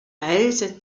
else